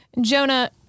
jonah